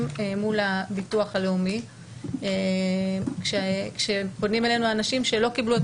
מול הביטוח הלאומי כשפונים אלינו אנשים שלא קיבלו את